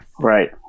right